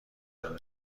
بده